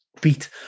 beat